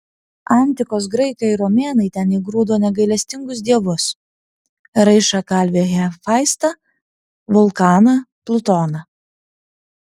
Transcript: antikos graikai ir romėnai ten įgrūdo negailestingus dievus raišą kalvį hefaistą vulkaną plutoną